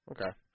Okay